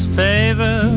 favor